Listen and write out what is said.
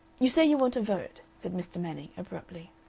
you say you want a vote, said mr. manning, abruptly.